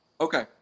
okay